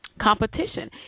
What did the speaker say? competition